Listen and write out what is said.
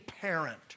parent